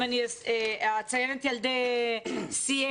אם אני אציין את ילדי CF,